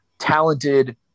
talented